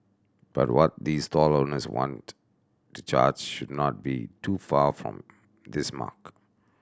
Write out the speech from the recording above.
but what these stall owners want to charge should not be too far off this mark